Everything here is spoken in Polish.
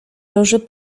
loży